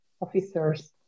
officers